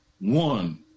one